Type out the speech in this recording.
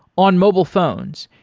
on mobile phones,